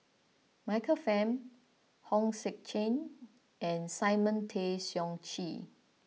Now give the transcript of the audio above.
Michael Fam Hong Sek Chern and Simon Tay Seong Chee